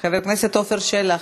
חבר הכנסת עפר שלח.